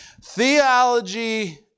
Theology